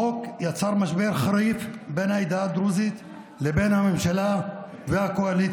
החוק יצר משבר חריף בין העדה הדרוזית לבין הממשלה והקואליציה.